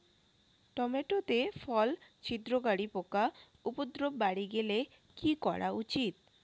Tomato তে ফল ছিদ্রকারী পোকা উপদ্রব বাড়ি গেলে কি করা উচিৎ?